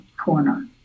corner